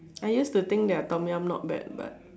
I used to think that Tom-Yum is not bad but